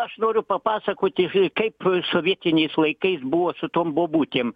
aš noriu papasakoti kaip sovietiniais laikais buvo su tom bobutėm